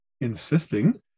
insisting